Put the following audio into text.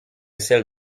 celles